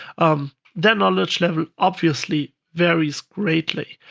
um their knowledge level, obviously, varies greatly.